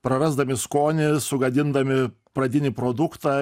prarasdami skonį sugadindami pradinį produktą